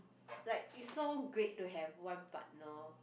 like it's so great to have one partner